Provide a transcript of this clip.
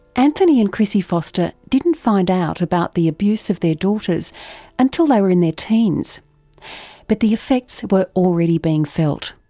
anthony and chrissie foster didn't find out about the abuse of their daughters until they were in their teens but the effects were already being felt.